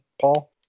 Paul